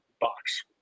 box